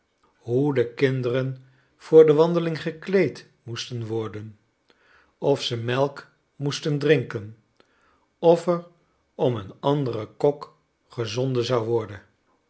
hoe de kinderen voor de wandeling gekleed moesten worden of ze melk moesten drinken of er om een anderen kok gezonden zou worden